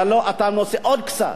אתה מוציא עוד קצת.